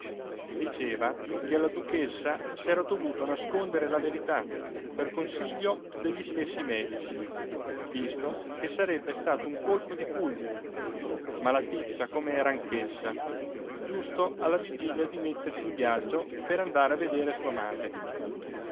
diceva che alla duchessa s'era dovuto nascondere la verità per consiglio degli stessi medici visto che sarebbe stato un colpo di fulmine malaticcia com'era anch'essa giusto alla vigilia di mettersi in viaggio per andare a vedere sua madre